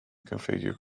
configure